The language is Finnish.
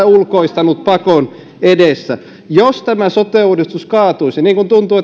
ulkoistanut pakon edessä jos tämä sote uudistus kaatuisi niin kuin tuntuu